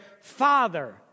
father